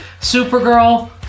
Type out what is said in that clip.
Supergirl